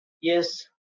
Yes